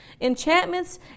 Enchantments